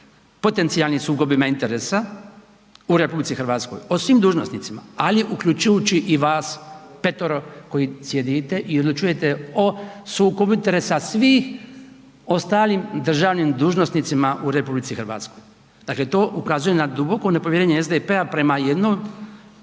potencijalnim sukobima interesa u RH, o svim dužnosnicima, ali uključujući i vas 5-ero koji sjedite i odlučujete o sukobu interesa svih ostalim državnim dužnosnicima u RH. Dakle, to ukazuje na duboko nepovjerenje prema jednom